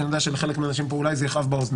כי אני יודע שלחלק מהאנשים פה זה אולי יכאב באוזניים